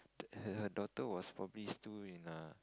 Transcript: her her daughter was probably still in err